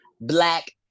black